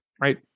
Right